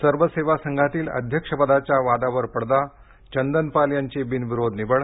सर्व सेवा संघातील अध्यक्षपदाच्या वादावर पडदा चंदन पाल यांची बिनविरोध निवड